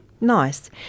Nice